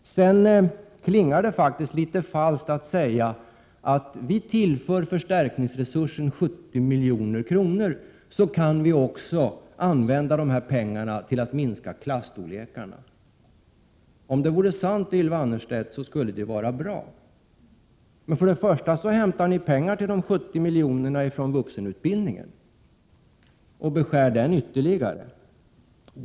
Sedan klingar det faktiskt litet falskt när hon säger att folkpartiet tillför förstärkningsresursen 70 milj.kr. och menar att dessa pengar kan användas till att minska klasstorlekarna. Om det vore sant, Ylva Annerstedt, skulle det vara bra. Men till att börja med hämtar ni pengar till dessa 70 milj.kr. från vuxenutbildningen och beskär den ytterligare.